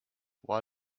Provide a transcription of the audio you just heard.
why